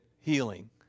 healing